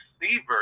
receiver